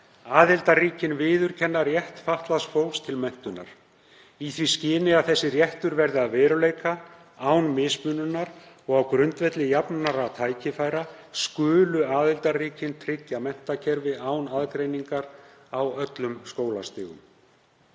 „Aðildarríkin viðurkenna rétt fatlaðs fólks til menntunar. Í því skyni að þessi réttur verði að veruleika án mismununar og á grundvelli jafnra tækifæra skulu aðildarríkin tryggja menntakerfi án aðgreiningar á öllum skólastigum.“